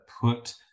put